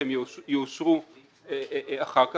שהם יאושרו אחר כך.